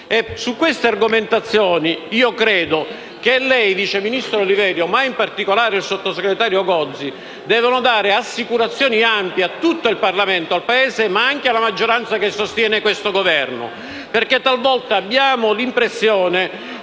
Su queste argomentazione credo che il vice ministro Olivero e, in particolare, il sottosegretario Gozi debbano dare assicurazione ampia a tutto il Parlamento, al Paese e alla maggioranza che sostiene il Governo. A volte abbiamo l'impressione